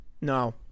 No